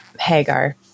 hagar